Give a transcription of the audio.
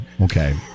Okay